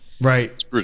Right